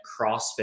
CrossFit